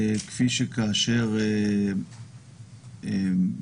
כפי שכאשר מיניתי